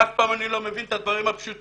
שאף פעם אני לא מבין את הדברים הפשוטים